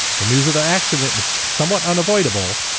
the news of the accident is somewhat unavoidable.